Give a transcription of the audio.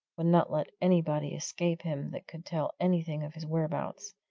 would not let anybody escape him that could tell anything of his whereabouts.